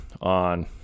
on